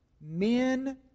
Men